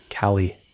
callie